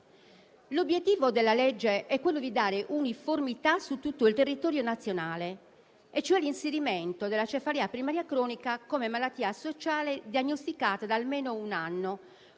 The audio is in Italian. L'obiettivo della legge è dare uniformità su tutto il territorio nazionale con l'inserimento della cefalea primaria cronica come malattia sociale diagnosticata da almeno un anno